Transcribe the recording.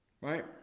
Right